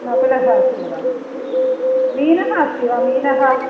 नकुलः अस्ति वा मीनः अस्ति वा मीनः